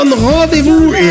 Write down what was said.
rendez-vous